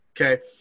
okay